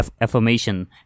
affirmation